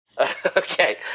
Okay